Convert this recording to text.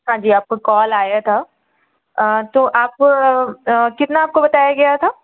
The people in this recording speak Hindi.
हाँ जी आपको कॉल आया था तो आपको कितना आपको बताया गया था